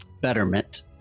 betterment